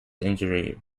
injury